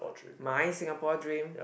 my Singapore dream